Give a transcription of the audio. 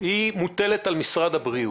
מוטלת על משרד הבריאות.